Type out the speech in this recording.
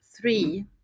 three